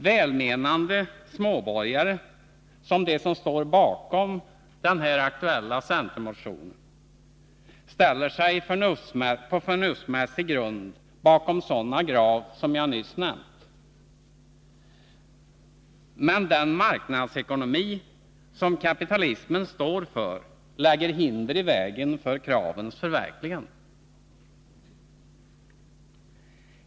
Välmenande småborgare, som de som står bakom den här aktuella centermotionen, ställer sig på förnuftsmässig grund bakom sådana krav som jag nyss nämnt. Men den marknadsekonomi som kapitalismen står för lägger hinder i vägen för kravens förverkligande.